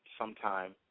sometime